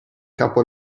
capo